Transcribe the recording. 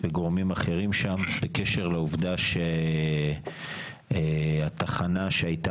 וגורמים אחרים שם בקשר לעובדה שהתחנה שהייתה